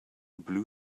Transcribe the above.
blue